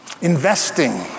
Investing